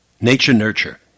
Nature-nurture